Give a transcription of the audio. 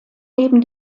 neben